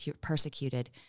persecuted